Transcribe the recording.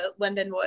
Lindenwood